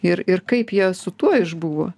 ir ir kaip jie su tuo išbuvo